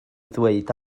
ddweud